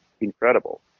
incredible